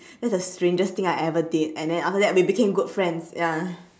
that's the strangest thing I ever did and then after that we became good friends ya